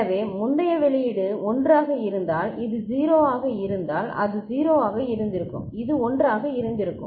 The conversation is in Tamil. எனவே முந்தைய வெளியீடு 1 ஆக இருந்தால் இது 0 ஆக இருந்தால் அது 0 ஆக இருந்திருக்கும் இது 1 ஆக இருந்திருக்கும்